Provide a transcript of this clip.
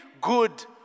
good